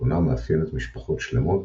תכונה המאפיינת משפחות שלמות,